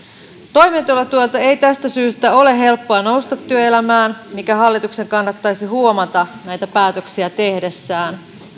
toimeentulotuelta ei tästä syystä ole helppoa nousta työelämään mikä hallituksen kannattaisi huomata näitä päätöksiä tehdessään